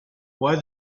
why